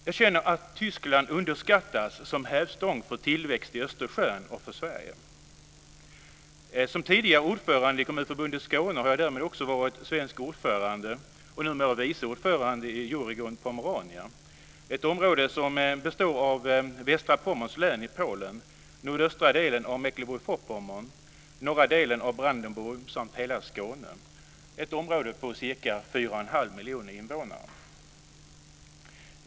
Jag känner att Tyskland underskattas som hävstång för tillväxt i Östersjön och för Sverige. Som tidigare ordförande i Kommunförbundet Skåne har jag också varit svensk ordförande - och är numera vice ordförande - i Euroregion Pomerania. Det är ett område som består av västra Pommerns län i Polen, nordöstra delen av Mecklenburg-Vorpommern, norra delen av Brandenburg samt hela Skåne. Det är ett område med ca 4,5 miljoner invånare.